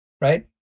right